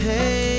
Hey